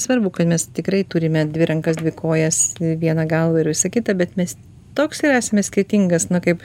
svarbu kad mes tikrai turime dvi rankas dvi kojas vieną galvą ir visa kita bet mes toks ir esame skirtingas na kaip